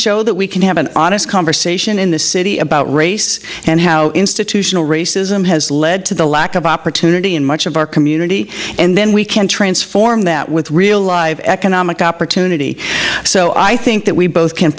show that we can have an honest conversation in this city about race and how institutional racism has led to the lack of opportunity in much of our community and then we can transform that with real live economic opportunity so i think that we both can